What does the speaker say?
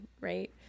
right